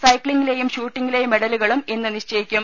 സൈക്ലിങ്ങിലേയും ഷൂട്ടിങ്ങിലേയും മെഡലുകളും ഇന്ന് നിശ്ചയിക്കും